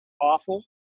awful